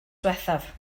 ddiwethaf